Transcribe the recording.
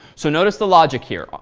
so notice the logic here.